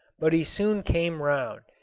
but he soon came round,